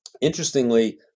interestingly